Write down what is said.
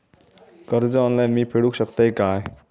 कर्ज ऑनलाइन मी फेडूक शकतय काय?